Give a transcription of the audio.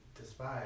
despise